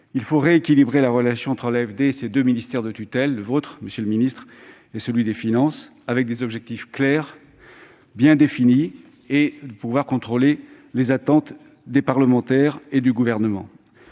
il faut rééquilibrer la relation entre l'AFD et ses deux ministères de tutelle- le vôtre, monsieur le ministre, et le ministère des finances -, avec des objectifs clairs et bien définis. Il importe de pouvoir contrôler que les attentes des parlementaires et du Gouvernement